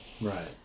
Right